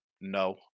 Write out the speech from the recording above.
No